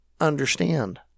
understand